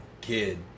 kid